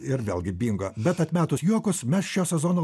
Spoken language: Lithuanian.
ir vėlgi bingo bet atmetus juokus mes šio sezono